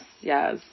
yes